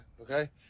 okay